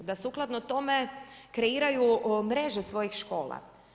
Da sukladno tome kreiraju mreže svojih škola.